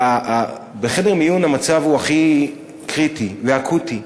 בחדר מיון המצב הוא הכי קריטי ואקוטי.